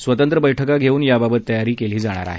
स्वतंत्र बैठका घेऊन याबाबत तयारी केली जाणार आहे